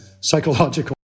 psychological